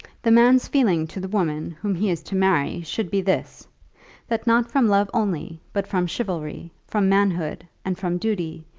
the man's feeling to the woman whom he is to marry should be this that not from love only, but from chivalry, from manhood, and from duty,